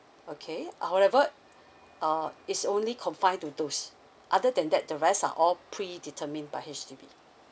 okay however uh is only confined to those other than that the rest are all pre determined by H_D_B